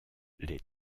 les